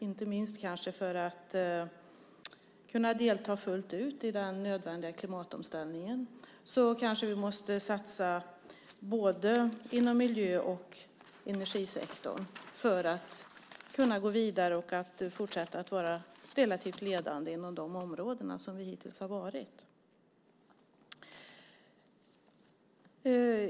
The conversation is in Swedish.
Inte minst för att vi ska kunna delta fullt ut i den nödvändiga klimatomställningen kanske vi måste satsa inom både miljö och energisektorn, för att kunna gå vidare och fortsätta att vara tillräckligt ledande inom de områdena, som vi hittills har varit.